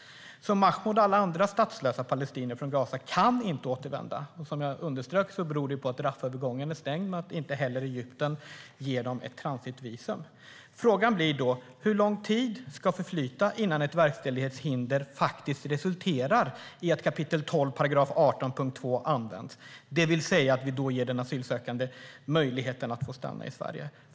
Mahmoud och alla andra statslösa palestinier från Gaza kan inte återvända. Som jag underströk beror det både på att Rafahövergången är stängd och på att Egypten inte beviljar transitvisum. Frågan blir då: Hur lång tid ska förflyta innan ett verkställighetshinder faktiskt resulterar i att 12 kap. 18 § punkt 2 används, det vill säga att vi ger den asylsökande möjlighet att stanna i Sverige?